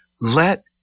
let